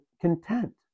content